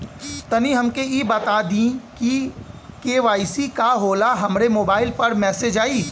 तनि हमके इ बता दीं की के.वाइ.सी का होला हमरे मोबाइल पर मैसेज आई?